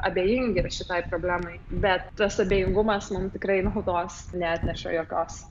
abejingi šitai problemai bet tas abejingumas mum tikrai naudos neatneša jokios